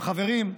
עם חברים,